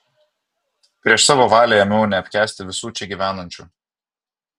prieš savo valią ėmiau neapkęsti visų čia gyvenančių